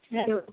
hello